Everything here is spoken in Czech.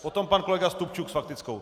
Potom pan kolega Stupčuk s faktickou.